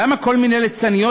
למה כל מיני ליצניות,